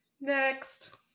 Next